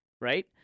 right